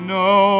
no